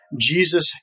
Jesus